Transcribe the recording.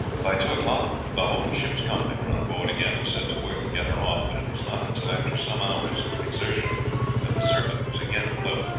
by two o'clock the whole ship's company were on board again, and set to work to get her off but it was not until after some hours' exertion that the serpent was again afloat.